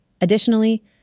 Additionally